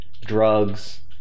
drugs